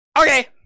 okay